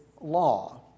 law